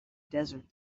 desert